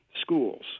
schools